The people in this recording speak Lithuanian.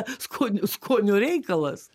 skonio skonio reikalas